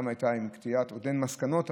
עוד אין מסקנות,